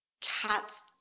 cats